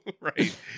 right